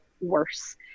worse